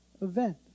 event